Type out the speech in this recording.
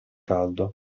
caldo